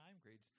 grades